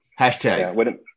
Hashtag